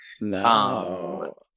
no